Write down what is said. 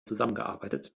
zusammengearbeitet